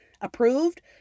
approved